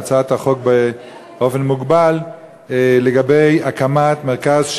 הצעת חוק בתמיכת הממשלה והנמקה מהמקום.